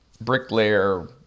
bricklayer